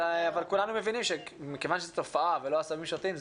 כולנו מבינים שמכיוון שזו תופעה ולא עשבים שוטים,